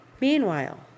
Meanwhile